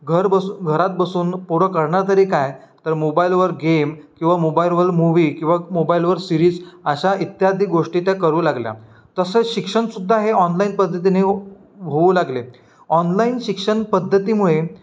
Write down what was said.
घर बस घरात बसून पोरं करणार तरी काय तर मोबाईलवर गेम किंवा मोबाईरवर मुवी किंवा मोबाईलवर सिरीज अशा इत्यादी गोष्टी त्या करू लागल्या तसेच शिक्षणसुद्धा हे ऑनलाईन पद्धतीने होऊ लागले ऑनलाईन शिक्षण पद्धतीमुळे